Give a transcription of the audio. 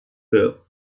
peur